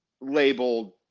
labeled